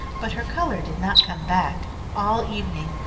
but her colour did not come back all evening,